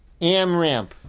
AmRamp